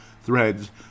threads